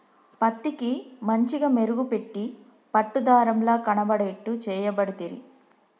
పత్తికి మంచిగ మెరుగు పెట్టి పట్టు దారం ల కనబడేట్టు చేయబడితిరి